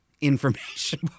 information